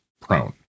prone